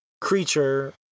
creature